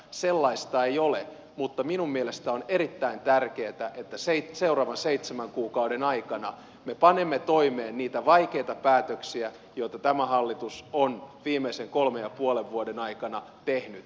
sellaista ei ole mutta minun mielestäni on erittäin tärkeätä että seuraavan seitsemän kuukauden aikana me panemme toimeen niitä vaikeita päätöksiä joita tämä hallitus on viimeisen kolmen ja puolen vuoden aikana tehnyt